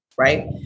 right